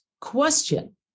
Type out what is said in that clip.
question